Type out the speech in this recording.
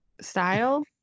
style